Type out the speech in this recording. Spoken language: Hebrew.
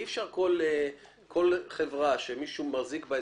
אי אפשר כל חברה שמישהו מחזיק בה,